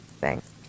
thanks